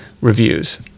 reviews